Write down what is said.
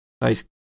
nice